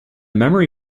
memory